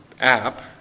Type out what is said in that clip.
app